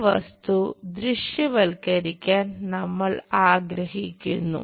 ഈ വസ്തു ദൃശ്യവൽക്കരിക്കാൻ നമ്മൾ ആഗ്രഹിക്കുന്നു